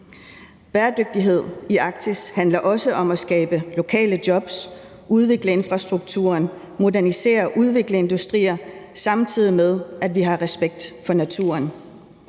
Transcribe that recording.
Bæredygtighed i Arktis handler også om at skabe lokale jobs, udvikle infrastrukturen, modernisere og udvikle industrier, samtidig med at vi har respekt for naturen.